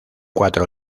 cuatro